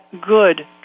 good